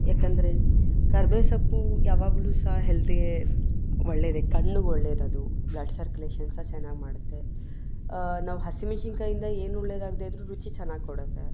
ಯಾಕಂದರೆ ಕರ್ಬೇವು ಸೊಪ್ಪು ಯಾವಾಗಲೂ ಸಹ ಹೆಲ್ತಿಗೆ ಒಳ್ಳೆಯದೇ ಕಣ್ಣಿಗೆ ಒಳ್ಳೆಯದದು ಬ್ಲಡ್ ಸರ್ಕ್ಯುಲೇಷನ್ ಸಹ ಚೆನ್ನಾಗಿ ಮಾಡುತ್ತೆ ನಾವು ಹಸಿಮೆಣಸಿನ್ಕಾಯಿಯಿಂದ ಏನು ಒಳ್ಳೆಯದಾಗ್ದಿದ್ರೂ ರುಚಿ ಚೆನ್ನಾಗಿ ಕೊಡುತ್ತೆ